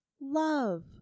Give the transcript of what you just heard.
love